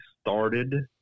started